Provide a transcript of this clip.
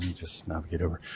just navigate over,